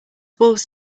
wolves